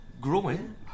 growing